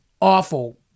awful